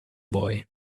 boy